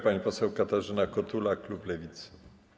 Pani poseł Katarzyna Kotula, klub Lewicy.